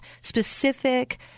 specific